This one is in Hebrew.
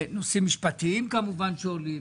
נושאים משפטיים כמובן שעולים,